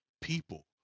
people